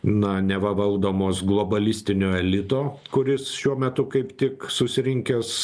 na neva valdomos globalistinio elito kuris šiuo metu kaip tik susirinkęs